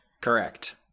correct